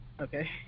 Okay